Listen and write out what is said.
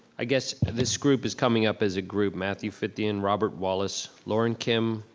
i guess this group is coming up as a group, matthew fithian, robert wallace, lauren kim,